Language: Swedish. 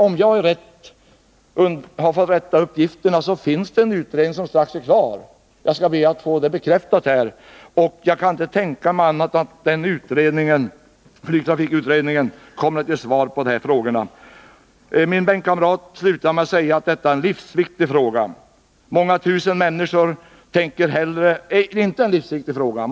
Om jag har fått riktiga uppgifter — jag skall be att få dem bekräftade här — så finns det en utredning som strax är klar. Jag kan inte tänka mig annat än att den utredningen kommer att ge svar på de här frågorna. Min bänkkamrat slutade med att säga att detta är inte en livsviktig fråga.